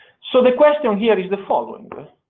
so the question here is the following.